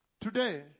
Today